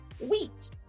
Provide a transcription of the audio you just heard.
wheat